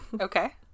Okay